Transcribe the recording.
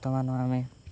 ବର୍ତ୍ତମାନ ଆମେ